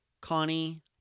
Connie